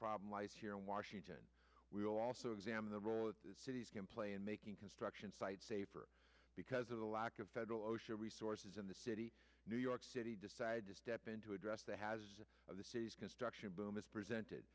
problem lies here in washington we'll also examine the role of cities can play in making construction site safer because of the lack of federal osha resources in the city new york city decided to step in to address that has the city's construction boom is presented